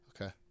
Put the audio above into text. Okay